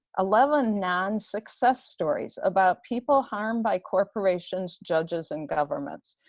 eleven non-success stories about people harmed by corporations, judges and governments.